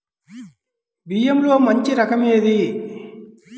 బియ్యంలో మంచి రకం ఏది?